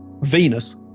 Venus